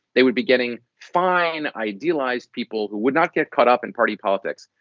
they would be getting fine, idealized people who would not get caught up in party politics.